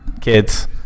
Kids